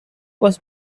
was